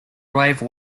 wave